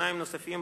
ושניים נוספים,